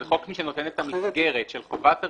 זה חוק שנותן את המסגרת של חובת הרישוי,